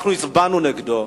אנחנו הצבענו נגדו,